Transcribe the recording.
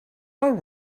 all